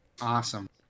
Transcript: awesome